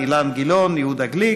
אילן גילאון ויהודה גליק,